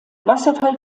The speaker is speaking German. wasserfall